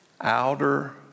Outer